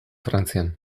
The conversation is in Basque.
frantzian